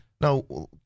No